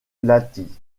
lahti